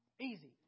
Easy